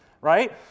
right